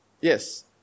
Yes